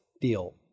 deal